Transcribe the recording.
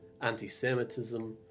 anti-semitism